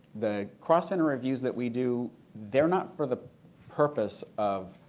the cross center reviews that we do they are not for the purpose of